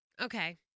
Okay